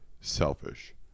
selfish